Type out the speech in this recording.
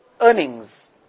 earnings